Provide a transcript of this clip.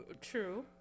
True